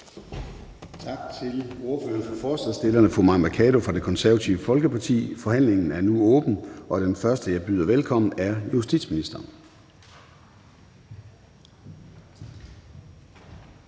Tak til ordføreren for forslagsstillerne, fru Mai Mercado fra Det Konservative Folkeparti. Forhandlingen er nu åbnet, og den første, jeg byder velkommen, er justitsministeren.